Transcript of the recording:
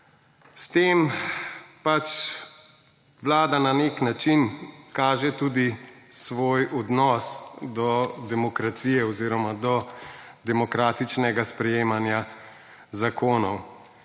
S tem pač Vlada na neki način kaže tudi svoj odnos do demokracije oziroma do demokratičnega sprejemanja zakonov.